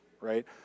right